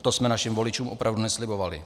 To jsme našim voličům opravdu neslibovali.